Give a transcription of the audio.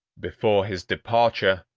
before his departure,